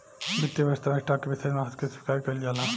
वित्तीय व्यवस्था में स्टॉक के विशेष महत्व के स्वीकार कईल जाला